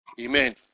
Amen